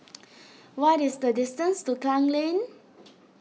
what is the distance to Klang Lane